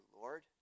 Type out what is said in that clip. Lord